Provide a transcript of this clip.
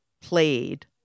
played